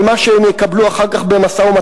על מה שהם יקבלו אחר כך במשא-ומתן,